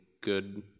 good